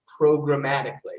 programmatically